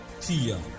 Tia